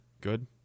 Good